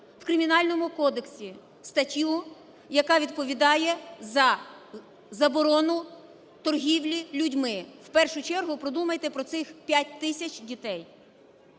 в Кримінальному кодексі статтю, яка відповідає за заборону торгівлі людьми. В першу чергу подумайте про цих 5 тисяч дітей.